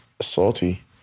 Salty